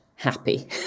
happy